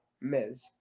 Miz